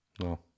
No